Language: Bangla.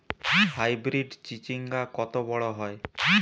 হাইব্রিড চিচিংঙ্গা কত বড় হয়?